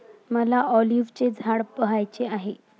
मला ऑलिव्हचे झाड पहायचे आहे